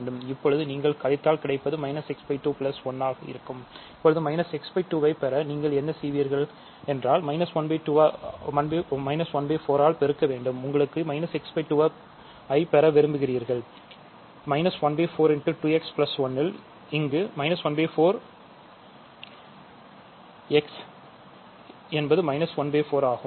இப்போது நீங்கள் கழித்தால் கிடைப்பது ல் இங்கு 1 4 1 என்பது 1 4 ஆகும்